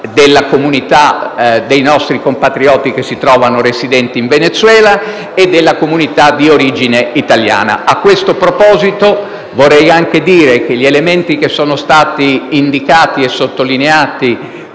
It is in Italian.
della comunità dei nostri compatrioti che si trovano residenti in Venezuela e della comunità di origine italiana. A questo proposito vorrei anche dire che gli elementi che sono stati indicati e sottolineati